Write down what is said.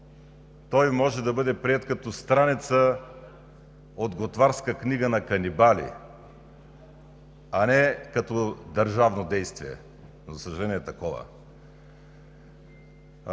той може да бъде приет като страница от готварска книга на канибали, а не като държавно действие – за съжаление, е такова.